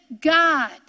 God